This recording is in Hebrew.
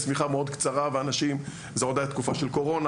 זה היה עוד תקופה של קורונה,